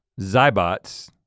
Zybots